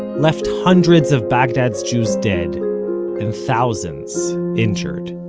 left hundreds of baghdad's jews dead and thousands injured